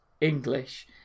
English